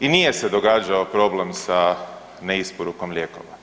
i nije se događao problem sa neisporukom lijekova.